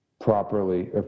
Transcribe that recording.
properly